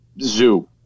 zoo